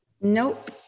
Nope